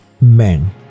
men